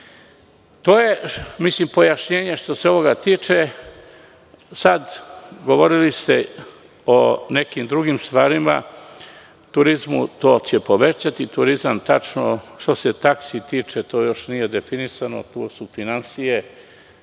To je pojašnjenje što se ovoga tiče. Govorili ste o nekim drugim stvarima, o turizmu, to će povećati turizam. Što se taksi tiče, to još nije definisano, tu su finansije,